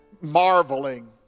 marveling